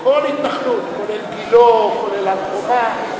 כל התנחלות, כולל גילה וכולל הר-חומה.